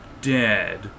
dead